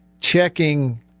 checking –